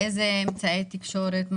באילו אמצעי תקשורת?